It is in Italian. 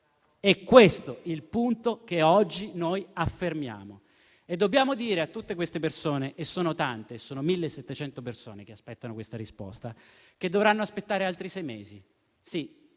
È questo il punto che oggi noi affermiamo. Dobbiamo dire a tutte queste persone - sono tante, sono 1.700 che attendono questa risposta - che dovranno aspettare altri sei mesi;